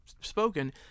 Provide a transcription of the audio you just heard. spoken